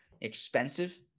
expensive